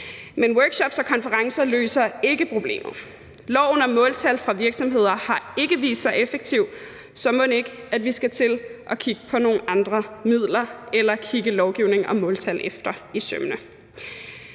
Men workshops og konferencer løser ikke problemet. Loven om måltal for virksomheder har ikke vist sig effektiv, så mon ikke vi skal til at kigge på nogle andre midler eller kigge lovgivningen om måltal efter i sømmene.